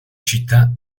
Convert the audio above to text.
città